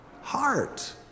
heart